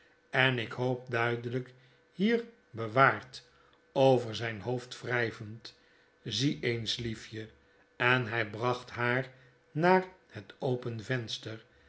en ik hoop duidelrjk hier bewaard over zijn hoofd wrijvend zie eens liefje en hy bracht haar naar bet open venster